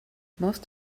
most